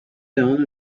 down